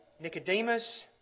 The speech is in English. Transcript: Nicodemus